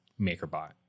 MakerBot